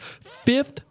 fifth